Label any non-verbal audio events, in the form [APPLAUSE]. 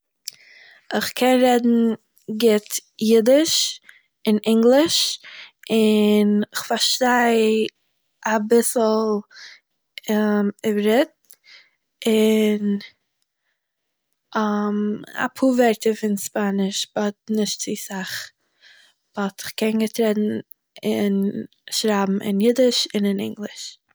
איך קען רעדן גוט יידיש, און אינגליש, און איך פארשטיי אביסל [HESITATION] עי- עברית, און [HESITATION] א פאר ווערטער פון ספאניש באט נישט צו סאך. באט איך קען גוט רעדן און שרייבן אין יידיש און אין אינגליש